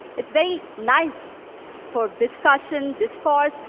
it's very nice for discussion, discourse,